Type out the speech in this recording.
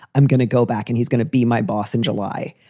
i'm gonna go back and he's going to be my boss in july,